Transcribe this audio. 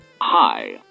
Hi